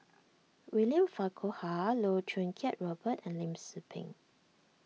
William Farquhar Loh Choo Kiat Robert and Lim Tze Peng